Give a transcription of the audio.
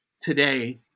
today